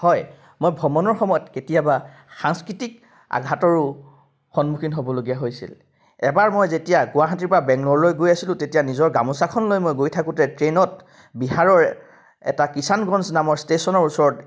হয় মই ভ্ৰমণৰ সময়ত কেতিয়াবা সাংস্কৃতিক আঘাতৰো সন্মুখীন হ'বলগীয়া হৈছিল এবাৰ মই যেতিয়া গুৱাহাটীৰ পৰা বেংগলৰলৈ গৈ আছিলোঁ তেতিয়া নিজৰ গামোচাখনলৈ মই গৈ থাকোঁতে ট্ৰেইনত বিহাৰৰ এটা কিষানগঞ্জ নামৰ ষ্টেচনৰ ওচৰত